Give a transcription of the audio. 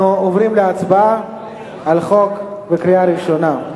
אנחנו עוברים להצבעה על הצעת החוק בקריאה ראשונה.